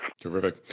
Terrific